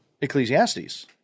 Ecclesiastes